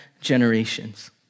generations